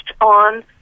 on